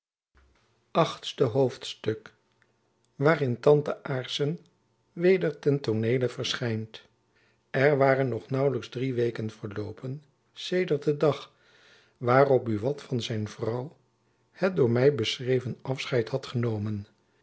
achtste hoofdstuk waarin tante aarssen weder ten tooneele verschijnt er waren nog naauwlijks drie weken verloopen sedert den dag waarop buat van zijn vrouw het door my beschreven afscheid had genomen